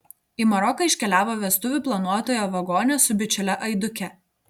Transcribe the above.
į maroką iškeliavo vestuvių planuotoja vagonė su bičiule aiduke